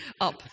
Up